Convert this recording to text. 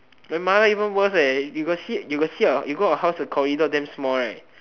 my mother even worse eh you got see you got see you go our house the corridor damn small right